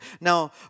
Now